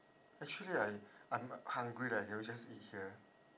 actually I I'm hungry leh can we just eat here